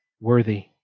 worthy